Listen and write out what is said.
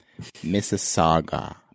Mississauga